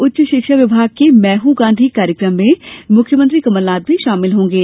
उच्च शिक्षा विभाग के मैं हूं गांधी कार्यक्रम में मुख्यमंत्री कमलनाथ भी शामिल होंगे